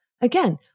Again